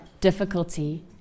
difficulty